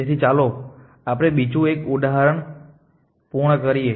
તેથી ચાલો આપણે બીજુ એક ઉદાહરણ પૂર્ણ કરીએ